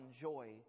joy